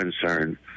concern